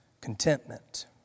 contentment